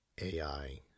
AI